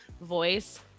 voice